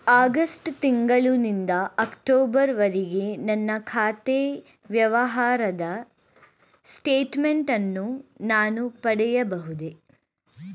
August ತಿಂಗಳು ನಿಂದ October ವರೆಗಿನ ನನ್ನ ಖಾತೆ ವ್ಯವಹಾರದ ಸ್ಟೇಟ್ಮೆಂಟನ್ನು ನಾನು ಪಡೆಯಬಹುದೇ?